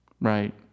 Right